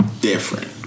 different